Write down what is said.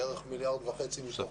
בערך 1.5 מיליארד שקלים מזה,